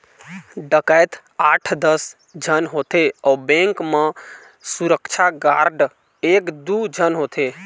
डकैत आठ दस झन होथे अउ बेंक म सुरक्छा गार्ड एक दू झन होथे